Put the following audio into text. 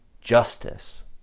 justice